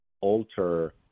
alter